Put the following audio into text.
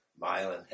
Milan